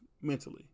mentally